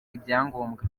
ibyangombwa